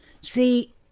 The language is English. See